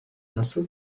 nasıl